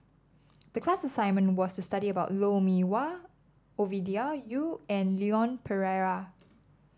the class assignment was studied about Lou Mee Wah Ovidia Yu and Leon Perera